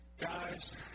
guys